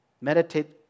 Meditate